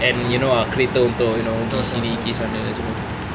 and you know kereta untuk you know gi sini gi sana semua